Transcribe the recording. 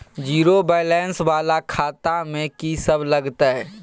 Zero balance वाला खाता में की सब लगतै?